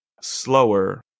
slower